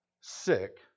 sick